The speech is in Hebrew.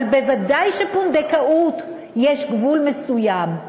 אבל ודאי שבפונדקאות יש גבול מסוים.